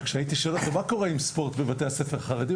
שכשהייתי שואל אותו: "מה קורה עם ספורט בבתי הספר החרדיים?",